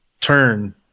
turn